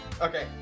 Okay